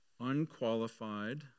unqualified